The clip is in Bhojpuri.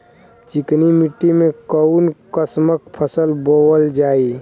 चिकनी मिट्टी में कऊन कसमक फसल बोवल जाई?